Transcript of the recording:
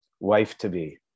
wife-to-be